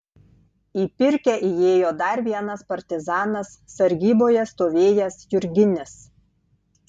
į pirkią įėjo dar vienas partizanas sargyboje stovėjęs jurginis